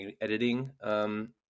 editing